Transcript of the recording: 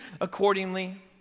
accordingly